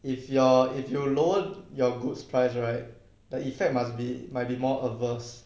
if your if you lower your goods price right the effect must be might be more averse